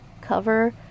cover